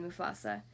Mufasa